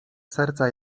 serca